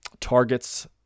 targets